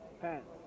pants